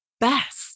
best